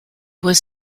was